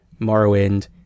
Morrowind